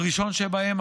הראשון שבהם,